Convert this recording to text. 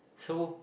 so